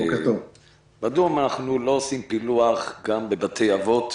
מדוע אנחנו לא עושים פילוח גם בבתי-אבות,